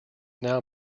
now